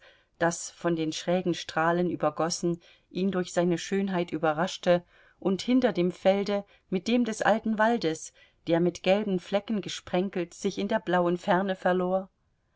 das von den schrägen strahlen übergössen ihn durch seine schönheit überraschte und hinter dem felde mit dem des alten waldes der mit gelben flecken gesprenkelt sich in der blauen ferne verlor